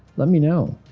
let me know.